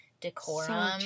decorum